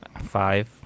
five